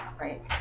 right